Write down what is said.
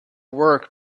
work